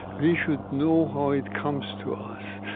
we should know how it comes to us.